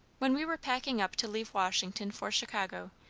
when we were packing up to leave washington for chicago,